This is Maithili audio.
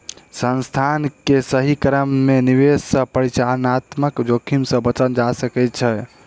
संस्थान के सही क्रम में निवेश सॅ परिचालनात्मक जोखिम से बचल जा सकै छै